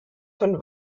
von